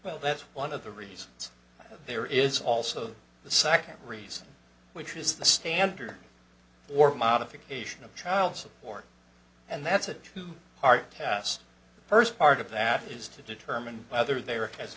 well that's one of the reasons there is also the second reason which is the standard or modification of child support and that's a two part task the first part of that is to determine whether there has